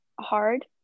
hard